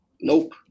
nope